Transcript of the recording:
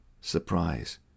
surprise